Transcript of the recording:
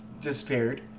disappeared